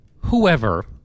whoever